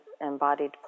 embodied